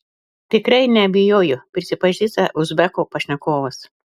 tikrai neabejoju prisipažįsta uzbeko pašnekovas